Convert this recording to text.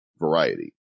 variety